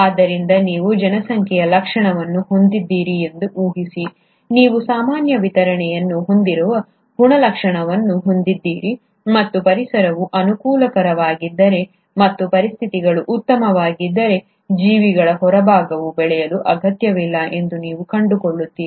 ಆದ್ದರಿಂದ ನೀವು ಜನಸಂಖ್ಯೆಯ ಲಕ್ಷಣವನ್ನು ಹೊಂದಿದ್ದೀರಿ ಎಂದು ಊಹಿಸಿ ನೀವು ಸಾಮಾನ್ಯ ವಿತರಣೆಯನ್ನು ಹೊಂದಿರುವ ಗುಣಲಕ್ಷಣವನ್ನು ಹೊಂದಿದ್ದೀರಿ ಮತ್ತು ಪರಿಸರವು ಅನುಕೂಲಕರವಾಗಿದ್ದರೆ ಮತ್ತು ಪರಿಸ್ಥಿತಿಗಳು ಉತ್ತಮವಾಗಿದ್ದರೆ ಜೀವಿಗಳ ಹೊರಭಾಗವು ಬೆಳೆಯಲು ಅಗತ್ಯವಿಲ್ಲ ಎಂದು ನೀವು ಕಂಡುಕೊಳ್ಳುತ್ತೀರಿ